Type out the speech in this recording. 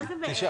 מה זה "בערך"?